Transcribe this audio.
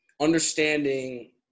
understanding